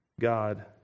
God